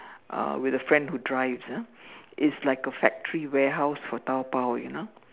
uh with a friend who drives ah is like a factory warehouse for Taobao you know